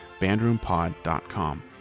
bandroompod.com